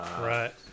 Right